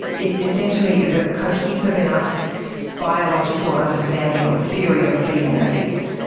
it essentially is a cohesive enough biological understanding or theory of feeling at least,